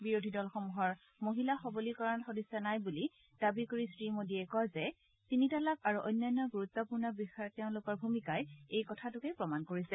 বিৰোধী দলসমূহৰ মহিলা সবলীকৰণত সদিছা নাই বুলি দাবী কৰি শ্ৰীমোদীয়ে কয় যে তিনি তালাক আৰু অন্যান্য গুৰুত্বপূৰ্ণ বিষয়ত তেওঁলোকৰ ভূমিকাই এই কথাটো প্ৰমাণ কৰিছে